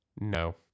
no